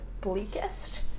bleakest